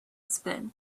spin